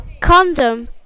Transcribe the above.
condom